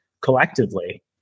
collectively